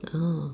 mm